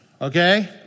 okay